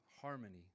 harmony